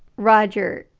roger.